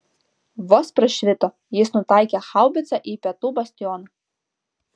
vos prašvito jis nutaikė haubicą į pietų bastioną